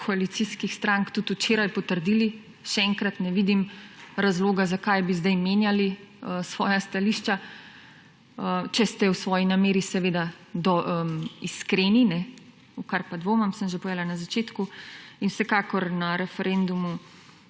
koalicijskih strank tudi včeraj potrdili. Še enkrat, ne vidim razloga, zakaj bi zdaj menjali svoja stališča, če ste v svoji nameri seveda iskreni −v kar pa dvomim, sem že povedala na začetku. Vsekakor na referendumu